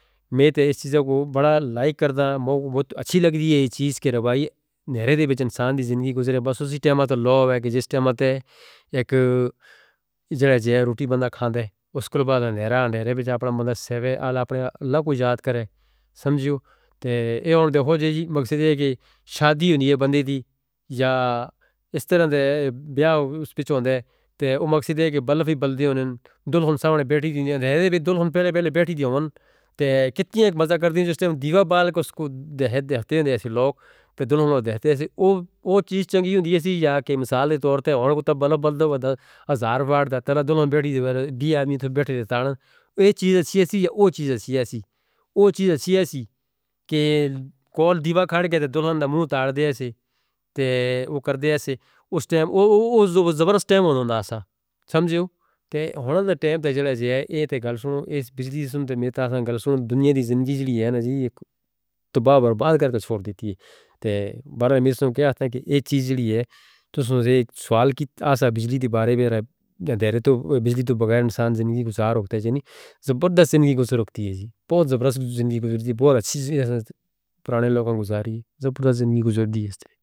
میتے اس چیزوں کو بڑا لائک کردا ہے، موگ کو بہت اچھی لگ دی ہے یہ چیز کہ روشنی اندھیرے دے وچ انسان دی زندگی گزرے بس اس ہی ٹیمہ تلوہو ہے کہ جس ٹیمہ تے ایک روٹی بندہ کھاندے، اس کول بادن اندھیرے اندر اپنا مندہ سےوے، آپنانا لکھو یاد کرے، سمجھو، تے یہ آن دی ہو جا جی مقصد ہے کہ شادی ہوندی ہے بندے دی، یا اس طرح دے بیاہ اس پچھوں ہوندے، تے اوہ مقصد ہے کہ بلفی بلدے ہوندے، دلہن ساونے بیٹھی دیندے، اندھیرے بھی دلہن پہلے پہلے بیٹھی دیندے، تے کتنی ایک مزہ کردیں جس ٹیمہ دیوا بالک اس کو دہے دیکھتے ہیں، ہم سے لوگ، تے دلہنوں دیکھتے ہیں، اوہ چیز چنگی ہوندی ہے سی، یا کہ مثال دے طور پر، انہوں کو تب بالہ بالدہ، ہزار وار دا تلا دلہن بیٹھی دیندے، دیہاں میں تو بیٹھے دے تانے، اوہ چیز اچھی ہے سی، یا وہ چیز اچھی ہے سی، وہ چیز اچھی ہے سی، کہ کول دیوا کھڑ کے دلہن دا منوں تاردے ہیں، تے وہ کردے ہیں، اس ٹیمہ، اس وقت زبردست ٹیمہ ہوندہ سا، سمجھو، تے ہونندہ ٹیمہ تے جڑا جیہے، این تے گل سنو، اس بجلی دی سن تے میں تاساں گل سنو، دنیا دی زندگی جڑی ہے نا جی، تباہ برباد کر کے چھوڑی دی ہے، تے برہاں میرے سنوں کہہ ستا کہ ای چیز جڑی ہے، تسوں سے ایک سوال کیت آسہ بجلی دی بارے میں، اندھیرے تو بجلی تو بغیر انسان زندگی گزارہ رکتی ہے جنی، زبردست زندگی گزارہ رکتی ہے جی، بہت زبردست زندگی گزارہ دی ہے، بہت اچھی پرانے لوگوں گزارہ رہی ہے، زبردست زندگی گزار دی ہے۔